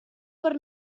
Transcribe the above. per